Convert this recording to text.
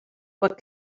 what